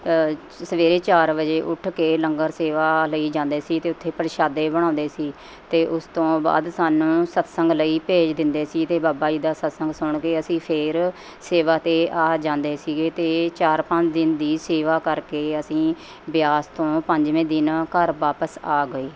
ਸਵੇਰੇ ਚਾਰ ਵਜੇ ਉੱਠ ਕੇ ਲੰਗਰ ਸੇਵਾ ਲਈ ਜਾਂਦੇ ਸੀ ਅਤੇ ਉੱਥੇ ਪਰਸ਼ਾਦੇ ਬਣਾਉਂਦੇ ਸੀ ਅਤੇ ਉਸ ਤੋਂ ਬਾਅਦ ਸਾਨੂੰ ਸਤਿਸੰਗ ਲਈ ਭੇਜ ਦਿੰਦੇ ਸੀ ਅਤੇ ਬਾਬਾ ਜੀ ਦਾ ਸਤਿਸੰਗ ਸੁਣ ਕੇ ਅਸੀਂ ਫੇਰ ਸੇਵਾ 'ਤੇ ਆ ਜਾਂਦੇ ਸੀਗੇ ਅਤੇ ਚਾਰ ਪੰਜ ਦਿਨ ਦੀ ਸੇਵਾ ਕਰਕੇ ਅਸੀਂ ਬਿਆਸ ਤੋਂ ਪੰਜਵੇਂ ਦਿਨ ਘਰ ਵਾਪਸ ਆ ਗਏ